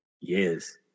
Yes